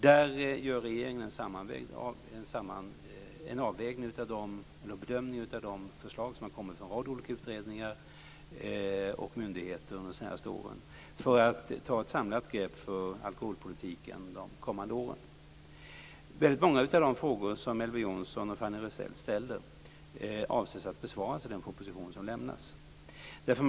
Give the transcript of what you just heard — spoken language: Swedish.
Där gör regeringen en bedömning av de förslag som har kommit från en rad olika utredningar och myndigheter under de senaste åren; detta för att ta ett samlat grepp om alkoholpolitiken de kommande åren. Väldigt många av de frågor som Elver Jonsson och Fanny Rizell ställer avses bli besvarade i den proposition som skall lämnas.